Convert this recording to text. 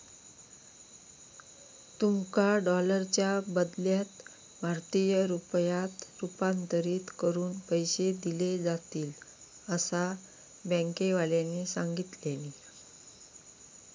तुमका डॉलरच्या बदल्यात भारतीय रुपयांत रूपांतरीत करून पैसे दिले जातील, असा बँकेवाल्यानी सांगितल्यानी